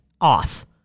off